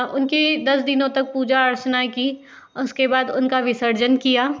उनकी दस दिनों तक पूजा अर्चना की उसके बाद उनका विसर्जन किया